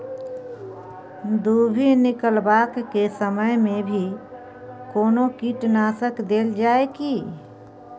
दुभी निकलबाक के समय मे भी कोनो कीटनाशक देल जाय की?